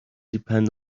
depend